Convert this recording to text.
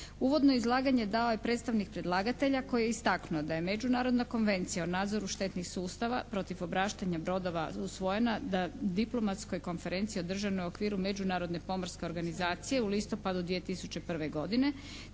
Uvodno izlaganje dao je predstavnik predlagatelja koji je istaknuo da je Međunarodna konvencija o nadzoru štetnih sustava protiv obraštanja brodova usvojena na diplomatskoj konferenciji održanoj u okviru Međunarodne pomorske organizacije u listopadu 2001. godine